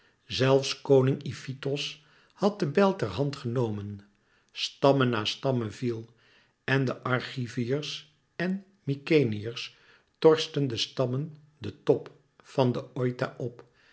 zelfs koning ifitos had den bijl ter hand genomen stamme na stamme viel en de argiviërs en mykenæërs torsten de stammen den top van den oita op